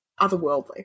otherworldly